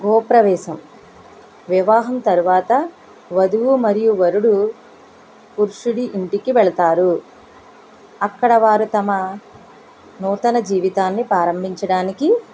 గృహప్రవేశం వివాహం తర్వాత వధువు మరియు వరుడు పురుషుడి ఇంటికి వెళ్తారు అక్కడ వారు తమ నూతన జీవితాన్ని ప్రారంభించడానికి